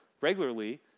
regularly